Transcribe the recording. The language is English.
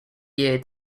year